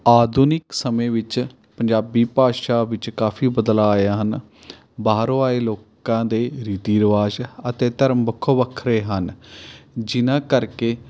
ਆਧੁਨਿਕ ਸਮੇਂ ਵਿੱਚ ਪੰਜਾਬੀ ਭਾਸ਼ਾ ਵਿੱਚ ਕਾਫ਼ੀ ਬਦਲਾਂ ਆਏ ਹਨ ਬਾਹਰੋਂ ਆਏ ਲੋਕਾਂ ਦੇ ਰੀਤੀ ਰਿਵਾਜ਼ ਅਤੇ ਧਰਮ ਵੱਖੋ ਵੱਖਰੇ ਹਨ ਜਿਹਨਾਂ ਕਰਕੇ